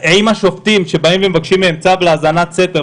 האם השופטים שבאים ומבקשים מהם צו להאזנת סתר,